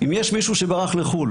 אם יש מישהו שברח לחו"ל